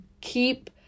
keep